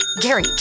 Gary